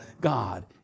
God